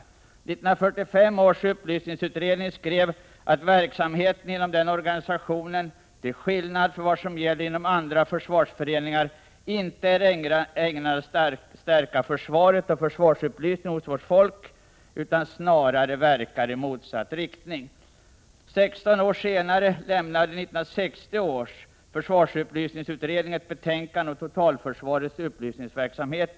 1945 års upplysningsutredning skrev att verksamheten inom Försvarsfrämjandet — till skillnad från vad som gäller inom andra försvarsföreningar — icke är ägnad att stärka försvaret och försvarsupplysningen hos vårt folk som helhet utan snarare verkar i motsatt riktning. 16 år senare lämnade 1960 års försvarsupplysningsutredning sitt betänkande om totalförsvarets upplysningsverksamhet.